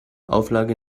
auflage